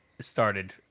started